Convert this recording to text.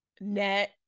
net